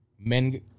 men